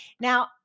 now